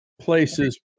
places